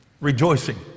rejoicing